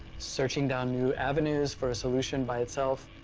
searching down new avenues for a solution by itself.